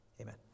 Amen